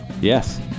Yes